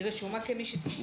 היא רשומה כמשתתף פיזי.